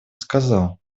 сказал